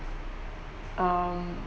um